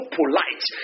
polite